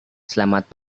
selamat